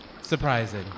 surprising